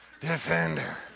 Defender